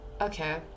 Okay